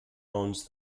owns